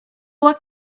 what